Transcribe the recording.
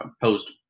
post